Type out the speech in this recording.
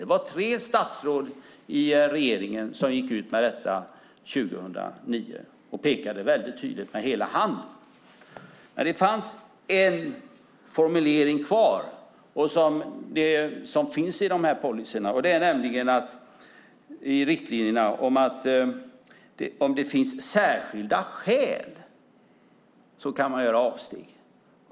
Det var tre statsråd i regeringen som gick ut med detta 2009. De pekade tydligt, med hela handen. Men det fanns och finns en formulering kvar i riktlinjerna, nämligen att om det finns särskilda skäl kan man göra avsteg.